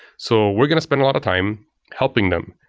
so were going to spend a lot of time helping them,